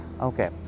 Okay